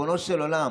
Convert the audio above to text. ריבונו של עולם,